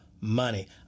money